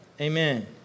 amen